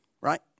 right